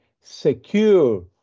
secure